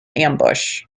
ambush